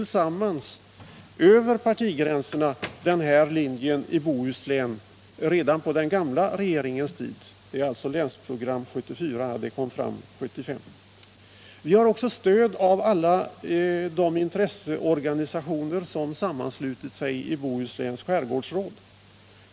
Över partigränserna drevs den här linjen i Bohuslän redan på den gamla regeringens tid. Det gäller alltså Länsprogram-74 som kom fram 1975. Vi har också stöd av alla de intresseorganisationer som sammanslutit sig i Bohusläns skärgårdsråd.